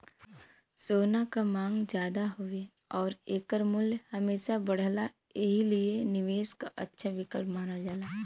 सोना क मांग जादा हउवे आउर एकर मूल्य हमेशा बढ़ला एही लिए निवेश क अच्छा विकल्प मानल जाला